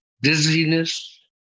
dizziness